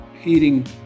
heating